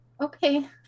Okay